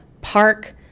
park